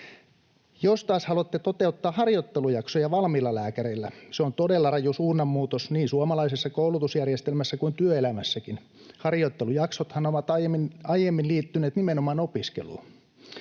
Jos taas haluatte toteuttaa harjoittelujaksoja valmiilla lääkäreillä, se on todella raju suunnanmuutos niin suomalaisessa koulutusjärjestelmässä kuin työelämässäkin. Harjoittelujaksothan ovat aiemmin liittyneet nimenomaan opiskeluun.